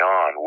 on